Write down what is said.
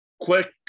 Quick